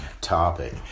topic